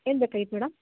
ಏನು ಬೇಕಾಗಿತ್ತು ಮೇಡಮ್